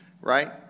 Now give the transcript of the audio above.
right